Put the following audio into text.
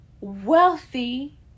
wealthy